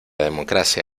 democracia